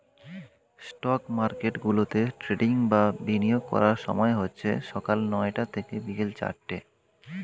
stock মার্কেটগুলোতে trading বা বিনিয়োগ করার সময় হচ্ছে সকাল নয়টা থেকে বিকেল চারটে